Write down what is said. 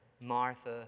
Martha